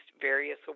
various